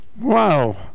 Wow